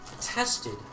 tested